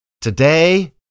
Today